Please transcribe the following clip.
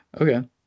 okay